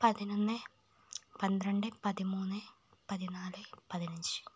പതിനൊന്ന് പന്ത്രണ്ട് പതിമൂന്ന് പതിനാല് പതിനഞ്ച്